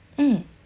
mm